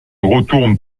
retourne